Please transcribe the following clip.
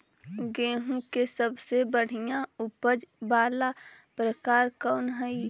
गेंहूम के सबसे बढ़िया उपज वाला प्रकार कौन हई?